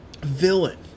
villain